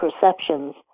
perceptions